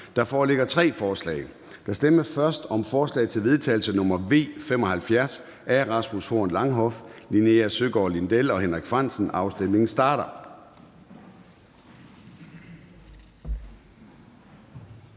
Der foreligger fire forslag. Der stemmes først om forslag til vedtagelse nr. V 75 af Rasmus Horn Langhoff (S), Linea Søgaard-Lidell (V) og Henrik Frandsen (M). Afstemningen starter.